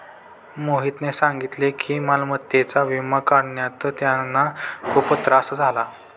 मोहितने सांगितले की मालमत्तेचा विमा काढण्यात त्यांना खूप त्रास झाला